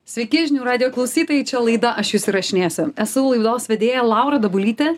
sveiki žinių radijo klausytojai čia laida aš jus įrašinėsiu esu laidos vedėja laura dabulytė